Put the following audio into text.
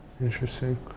Interesting